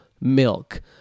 milk